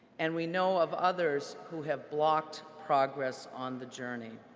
and we know of others who have blocked progress on the journey.